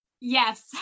Yes